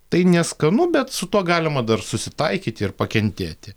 tai neskanu bet su tuo galima dar susitaikyti ir pakentėti